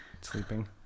Sleeping